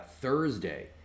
Thursday